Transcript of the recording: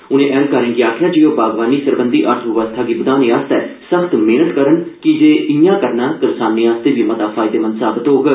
उनें ऐहलकारें गी आखेआ जे ओह बागवानी सरबंधी अर्थबवस्था गी बधाने लेई सख्त मेहनत करन कीजे ईआं करना करसाने लेई बी मता फायदेमंद साबत होग